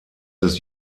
des